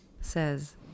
Says